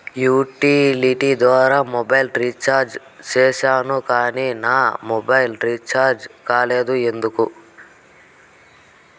Utility ద్వారా mobile recharge సేసాను కానీ నా మొబైల్ రీచార్జి కాలేదు ఎందుకు?